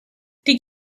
did